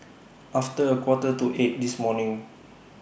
after A Quarter to eight This morning